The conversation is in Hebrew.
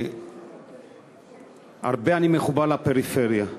אני מחובר מאוד לפריפריה.